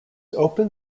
open